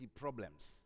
problems